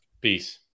Peace